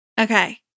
Okay